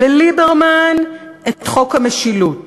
לליברמן, את חוק המשילות